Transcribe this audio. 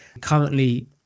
currently